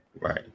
right